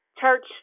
church